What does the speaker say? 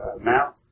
now